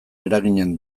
eraginen